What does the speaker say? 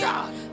God